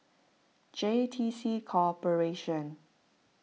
J T C Corporation